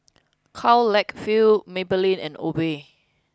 Karl Lagerfeld Maybelline and Obey